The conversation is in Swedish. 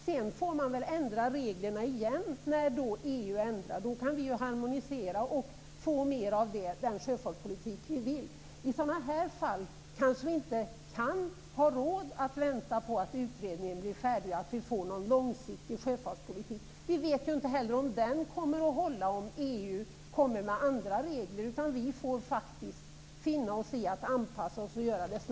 Sedan får reglerna ändras igen i samband med att det sker ändringar i EU. Då kan vi harmonisera och få mer av den sjöfartspolitik vi vill ha. I sådan här fall har vi inte råd att vänta på att utredningen blir färdig för att få en långsiktig sjöfartspolitik. Vi vet inte heller om den kommer att hålla om EU kommer med andra regler. Vi får faktiskt finna oss i att snabbt anpassa oss.